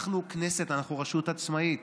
אנחנו כנסת, אנחנו רשות עצמאית,